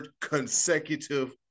consecutive